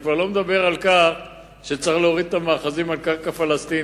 אני כבר לא מדבר על כך שצריך להוריד את המאחזים על קרקע פלסטינית,